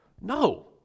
No